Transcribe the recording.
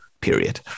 Period